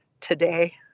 today